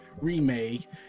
remake